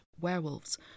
werewolves